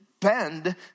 bend